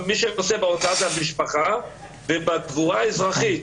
מי שנושא בהוצאה זה המשפחה, ובקבורה האזרחית,